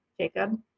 Jacob